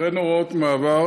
וכן הוראות מעבר